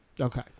Okay